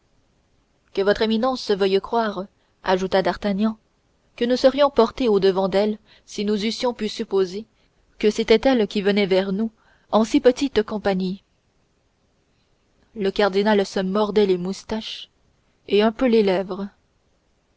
que votre éminence veuille croire ajouta d'artagnan que nous nous serions portés au-devant d'elle si nous eussions pu supposer que c'était elle qui venait vers nous en si petite compagnie le cardinal se mordait les moustaches et un peu les lèvres